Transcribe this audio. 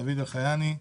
דוד אלחייני.